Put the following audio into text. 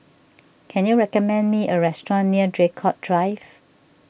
can you recommend me a restaurant near Draycott Drive